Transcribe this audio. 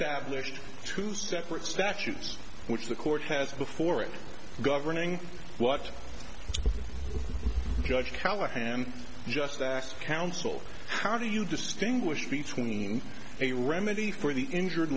established two separate statutes which the court has before it governing what judge callahan just asked counsel how do you distinguish between a remedy for the injured